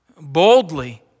boldly